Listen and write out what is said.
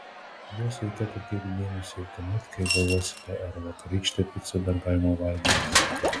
į juos reikėtų atkreipti dėmesį ir tuomet kai galvosite ar vakarykštę picą dar galima valgyti